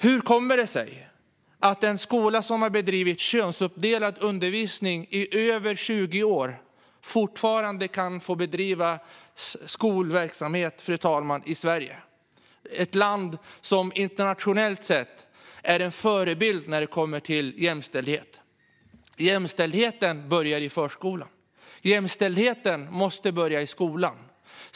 Hur kommer det sig att en skola som har bedrivit könsuppdelad undervisning i över 20 år fortfarande kan få bedriva skolverksamhet i Sverige, fru talman? Sverige är ett land som internationellt sett är en förebild när det kommer till jämställdhet. Jämställdheten börjar i förskolan. Jämställdheten måste börja i skolan.